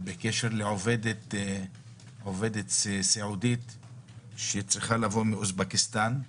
בקשר לעובדת סיעוד שצריכה לבוא מאוזבקיסטן.